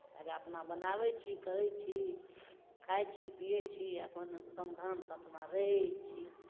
हउएह अपना बनाबै छी करै छी खाइ छी पीयै छी आओर अपन सावधानसँ अपना रहै छी